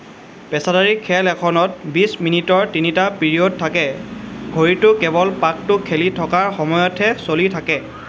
পেচাদাৰী খেল এখনত বিশ মিনিটৰ তিনিটা পিৰিয়ড থাকে ঘড়ীটো কেৱল পাকটো খেলি থকাৰ সময়তহে চলি থাকে